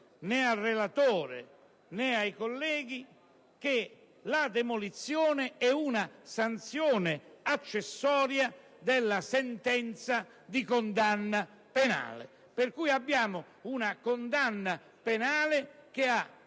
né al relatore, né ai colleghi, che la demolizione è una sanzione accessoria della sentenza di condanna penale, per cui siamo di fronte ad una condanna penale che ha